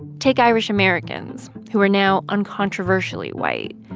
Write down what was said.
take irish americans, who are now uncontroversially white.